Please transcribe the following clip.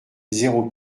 zéro